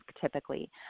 typically